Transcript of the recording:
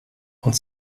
und